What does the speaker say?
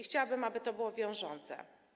Chciałabym, żeby to było wiążące.